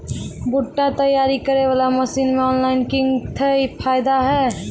भुट्टा तैयारी करें बाला मसीन मे ऑनलाइन किंग थे फायदा हे?